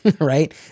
right